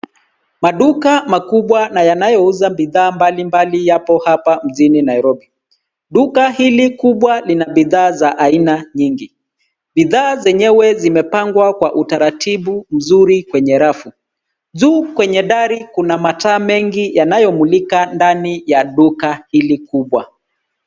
Maduka makubwa na yanayouza bidhaa mbalimbali yapo hapa mjini Nairobi. Duka hili kubwa lina bidhaa za aina nyingi. Bidhaa zenyewe zimepangwa kwa utaratibu mzuri kwenye rafu. Juu kwenye dari kuna mataa mengi yanayomlika ndani ya duka hili kubwa.